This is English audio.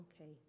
Okay